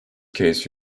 case